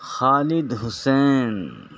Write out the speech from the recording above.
Khalid Hussain